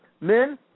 Men